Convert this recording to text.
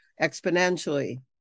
exponentially